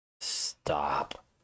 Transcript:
Stop